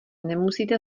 nemusíte